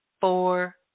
four